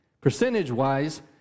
Percentage-wise